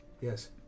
Yes